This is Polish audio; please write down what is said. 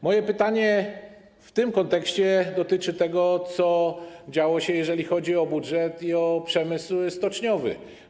Moje pytanie w tym kontekście dotyczy tego, co działo się, jeżeli chodzi o budżet i o przemysł stoczniowy.